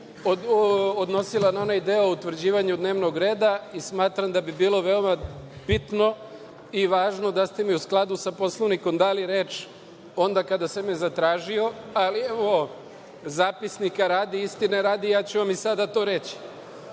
odnosila na onaj deo o utvrđivanju dnevnog reda i smatram da bi bilo veoma bitno i važno, da ste mi u skladu sa Poslovnikom dali reč onda kada sam je zatražio. Zapisnika radi, istine radi sada ću vam to reći. Vi